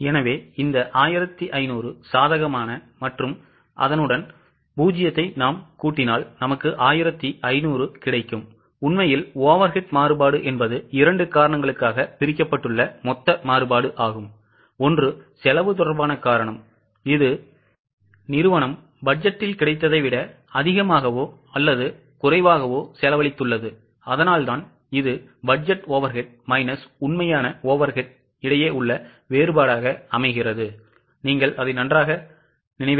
எனவே இந்த 1500 சாதகமான பிளஸ் 0 எனக்கு 1500 தருகிறது உண்மையில் overhead மாறுபாடு என்பது 2 காரணங்களுக்காக பிரிக்கப்பட்டுள்ள மொத்த மாறுபாடாகும் ஒன்று செலவு தொடர்பான காரணம் இது நிறுவனம் பட்ஜெட்டில் கிடைத்ததை விட அதிகமாகவோ அல்லது குறைவாகவோ செலவழித்துள்ளது அதனால்தான் இது பட்ஜெட் overhead மைனஸ் உண்மையான overhead இடையே உள்ள வேறுபாடு